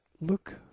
Look